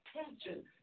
attention